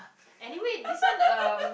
anyway this one um